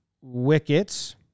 wickets